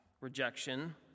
Rejection